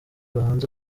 bahanze